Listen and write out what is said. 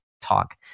talk